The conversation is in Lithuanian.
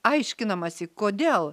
aiškinamasi kodėl